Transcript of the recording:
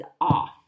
off